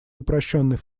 упрощенный